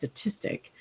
statistic